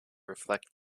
reflect